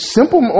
Simple